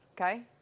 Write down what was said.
Okay